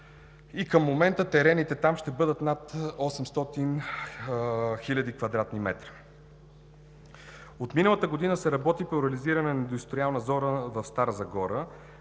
Към момента терените там ще бъдат над 800 хил. кв. м. От миналата година се работи по реализиране на Индустриалната зона в Стара Загора,